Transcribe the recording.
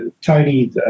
Tony